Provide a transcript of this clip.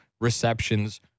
receptions